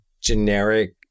generic